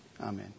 Amen